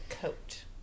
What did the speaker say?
coat